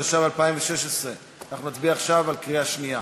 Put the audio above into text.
התשע"ו 2016. אנחנו נצביע עכשיו בקריאה השנייה.